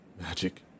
magic